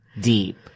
deep